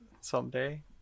someday